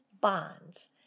bonds